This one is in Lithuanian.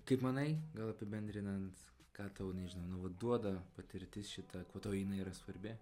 kaip manai gal apibendrinant ką tau nežinau nu vat duoda patirtis šita kuo tau jinai yra svarbi